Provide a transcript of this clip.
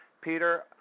Peter